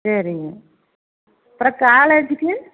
சரிங்க அப்புறம் காலேஜுக்கு